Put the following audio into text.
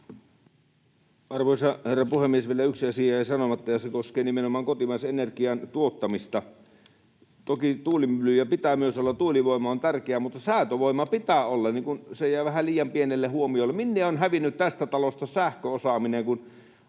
Arvoisa herra puhemies! Vielä yksi asia jäi sanomatta, ja se koskee nimenomaan kotimaisen energian tuottamista. Toki myös tuulimyllyjä pitää olla, tuulivoima on tärkeää, mutta säätövoimaa pitää olla — se jäi vähän liian pienelle huomiolle. Minne on hävinnyt tästä talosta sähköosaaminen?